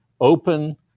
open